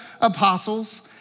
apostles